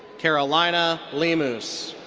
carolina lemus.